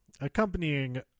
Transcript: accompanying